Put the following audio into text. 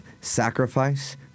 sacrifice